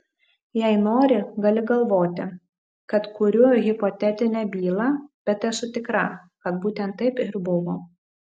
jei nori gali galvoti kad kuriu hipotetinę bylą bet esu tikra kad būtent taip ir buvo